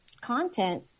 content